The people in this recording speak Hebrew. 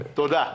תודה.